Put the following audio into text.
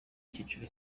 cyiciro